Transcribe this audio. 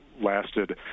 lasted